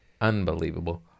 Unbelievable